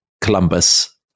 Columbus